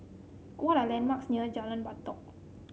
what are the landmarks near Jalan Batalong